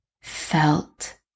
felt